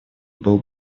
был